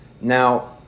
Now